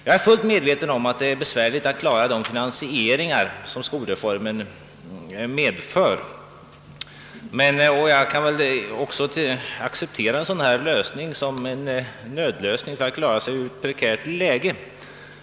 Jag är fullt medveten om att det är besvärligt att klara finansieringen för de ändringar som grundskolereformen medför, och jag kan också acceptera det här påtalade tillvägagångssättet som en nödlösning för att klara sig ur ett prekärt läge.